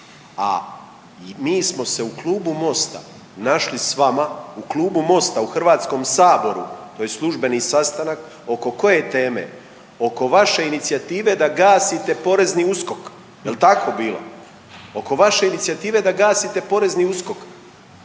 a mi smo se u klubu Mosta našli s vama, u klubu Mosta u HS-u to je službeni sastanak oko koje teme, oko vaše inicijative da gasite porezni USKOK, jel tako bilo? Oko vaše inicijative da gasite porezni USKOK,